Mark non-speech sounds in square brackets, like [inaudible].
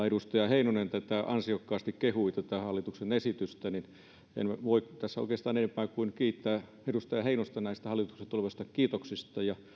[unintelligible] edustaja heinonen juuri ansiokkaasti kehui tätä hallituksen esitystä niin en voi tässä oikeastaan enempää kuin kiittää edustaja heinosta näistä hallitukselle tulevista kiitoksista ja